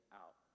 out